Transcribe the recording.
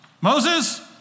Moses